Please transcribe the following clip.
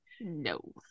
No